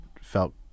felt